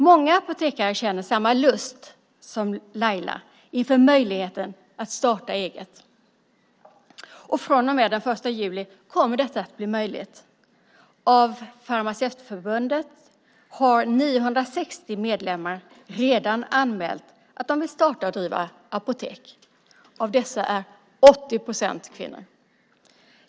Många apotekare känner samma lust som Laila inför möjligheten att starta eget, och från och med den 1 juli kommer detta att bli möjligt. Från Farmacevtförbundet har 960 medlemmar redan anmält att de vill starta och driva apotek. Av dessa är 80 procent kvinnor.